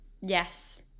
yes